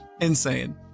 insane